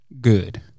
good